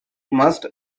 must